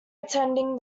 attending